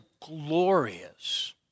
glorious